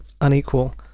unequal